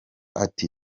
ati